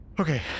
Okay